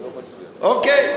אוקיי,